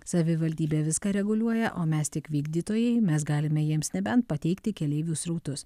savivaldybė viską reguliuoja o mes tik vykdytojai mes galime jiems nebent pateikti keleivių srautus